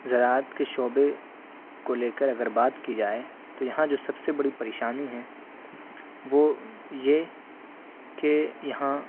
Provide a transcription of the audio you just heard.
زراعت کے شعبے کو لے کر اگر بات کی جائے تو یہاں جو سب سے بڑی پریشانی ہے وہ یہ کہ یہاں